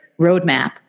roadmap